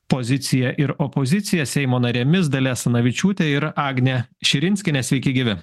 pozicija ir opozicija seimo narėmis dalia asanavičiūtė ir agne širinskiene sveiki gyvi